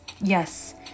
Yes